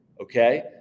okay